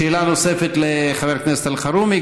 שאלה נוספת לחבר הכנסת אלחרומי.